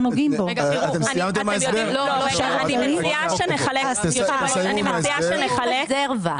אני מציעה שנחלק --- זה רזרבה.